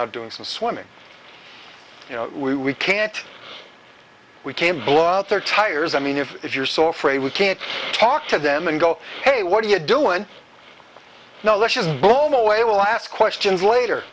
out doing some swimming you know we we can't we came blow out their tires i mean if you're so afraid we can't talk to them and go hey what are you doing now let's just blown away i will ask questions later